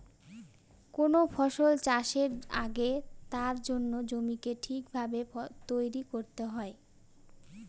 কোন ফসল চাষের আগে তার জন্য জমিকে ঠিক ভাবে তৈরী করতে হয়